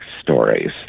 stories